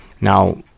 now